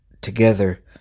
together